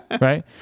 Right